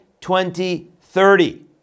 2030